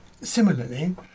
Similarly